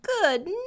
Good